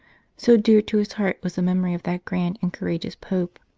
so dear to his heart was the memory of that grand and courageous pope.